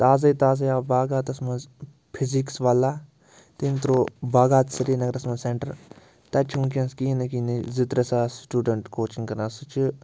تازَے تازَے آو باغاتَس منٛز فِزیٖکٕس والا تٔمۍ ترٛو باغات سرینَگرَس مَنٛز سٮ۪نٛٹَر تَتہِ چھِ وٕنۍکٮ۪نس کِہیٖنۍ نَے کِہیٖنۍ نَے زٕ ترٛےٚ ساس سٹوٗڈنٛٹ کوچِنٛگ کَران سُہ چھِ